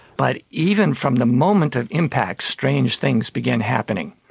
but even from the moment of impact strange things began happening.